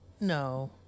No